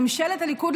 ממשלת הליכוד,